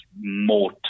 more